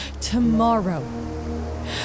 tomorrow